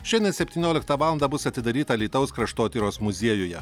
šiandien septynioliktą valandą bus atidaryta alytaus kraštotyros muziejuje